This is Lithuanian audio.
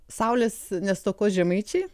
saulės nestokos žemaičiai